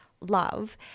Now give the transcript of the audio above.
love